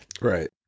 Right